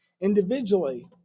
individually